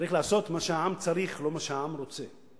צריך לעשות מה שהעם צריך, לא מה שהעם רוצה.